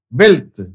wealth